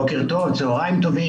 בוקר טוב, צוהריים טובים.